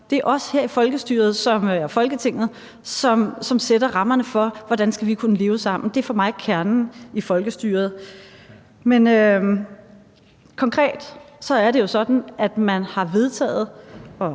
Det er os her i Folketinget, som sætter rammerne for, hvordan vi skal kunne leve sammen, og det er for mig kernen i folkestyret. Men konkret er det jo sådan, at man i 2004 har vedtaget